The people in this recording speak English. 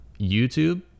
youtube